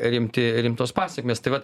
rimti rimtos pasekmės tai vat